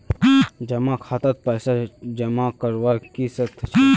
जमा खातात पैसा जमा करवार की शर्त छे?